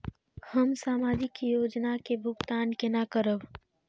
हम सामाजिक योजना के भुगतान केना करब?